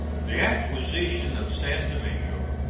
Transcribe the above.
the acquisition of san domingo,